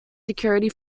security